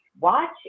watch